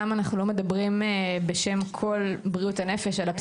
למה אנחנו לא מדברים בשם כל בריאות הנפש אלא פסיכולוגים: